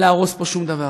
להרוס פה שום דבר.